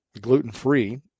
gluten-free